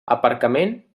aparcament